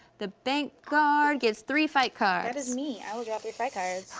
the bank guard gets three fight cards. that is me, i will draw three fight cards.